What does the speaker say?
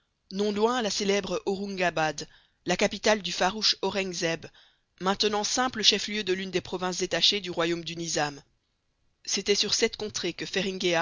non loin la célèbre aurungabad la capitale du farouche aureng zeb maintenant simple chef-lieu de l'une des provinces détachées du royaume du nizam c'était sur cette contrée que